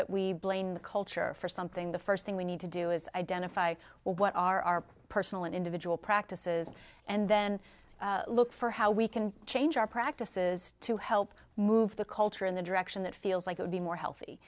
that we blame the culture for something the first thing we need to do is identify what are our personal and individual practices and then look for how we can change our practices to help move the culture in the direction that feels like it would be more healthy